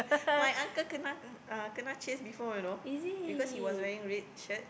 my uncle kena uh kena chased before you know because he was wearing red shirt